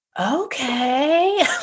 okay